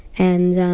and ahhh,